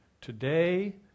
Today